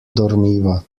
dormiva